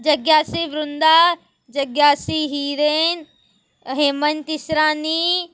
जगियासी विरींदा जगियासी हीरेन हेमन तिसरानी